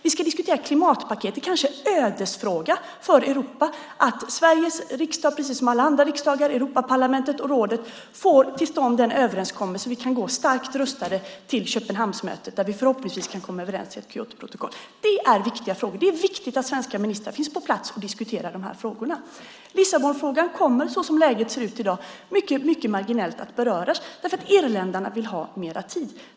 Vi ska diskutera klimatpaketet. Det kanske är en ödesfråga för Europa att Sveriges riksdag precis som alla andra parlament, Europaparlamentet och rådet får till stånd en överenskommelse så att vi kan gå starkt rustade till Köpenhamnsmötet, där vi förhoppningsvis kan komma överens beträffande Kyotoprotokollet. Det är viktiga frågor. Det är viktigt att svenska ministrar finns på plats och diskuterar de här frågorna. Lissabonfrågan kommer, som läget ser ut i dag, mycket marginellt att beröras därför att irländarna vill ha mer tid.